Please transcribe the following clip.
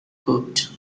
cooked